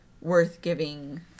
worth-giving